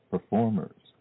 Performers